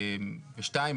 שניים,